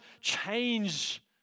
change